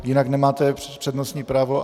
Jinak nemáte přednostní právo.